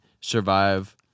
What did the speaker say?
survive